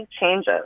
changes